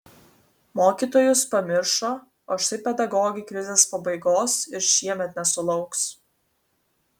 mokytojus pamiršo o štai pedagogai krizės pabaigos ir šiemet nesulauks